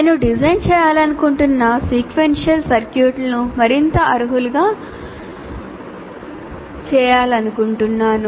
నేను డిజైన్ చేయాలనుకుంటున్న సీక్వెన్షియల్ సర్క్యూట్లను మరింత అర్హులుగా చేయాలనుకుంటున్నాను